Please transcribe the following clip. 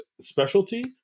specialty